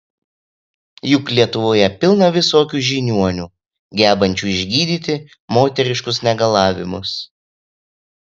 juk lietuvoje pilna visokių žiniuonių gebančių išgydyti moteriškus negalavimus